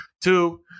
Two